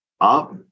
up